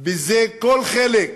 בזה כל חלק,